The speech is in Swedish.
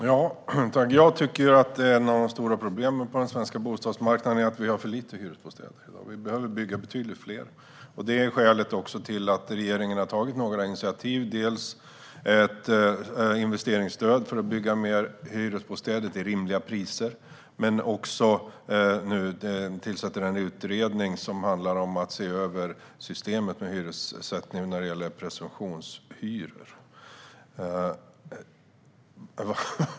Herr talman! Jag tycker att ett av de stora problemen på den svenska bostadsmarknaden är att vi har för lite hyresbostäder i dag. Vi behöver bygga betydligt fler. Det är också skälet till att regeringen har tagit några initiativ, dels till ett investeringsstöd för att bygga fler hyresbostäder till rimliga priser, dels till att tillsätta en utredning som ska se över systemet med hyressättning när det gäller presumtionshyror.